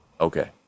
Okay